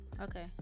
Okay